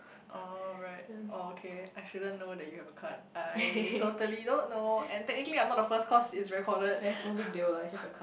oh right oh okay I shouldn't know that you have a card I totally don't know and technically I'm not the first cause it's recorded